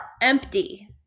empty